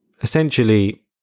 Essentially